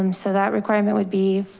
um so that requirement would be,